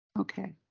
Okay